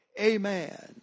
Amen